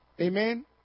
Amen